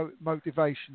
motivation